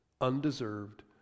Undeserved